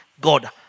God